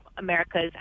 America's